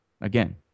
Again